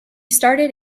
started